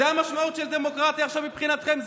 זו המשמעות של דמוקרטיה מבחינתכם?